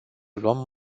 luăm